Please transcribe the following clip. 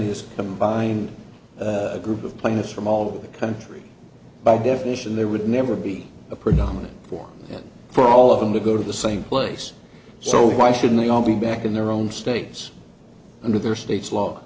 his combined a group of plaintiffs from all over the country by definition there would never be a predominant form for all of them to go to the same place so why shouldn't they all be back in their own states under their state